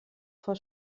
vor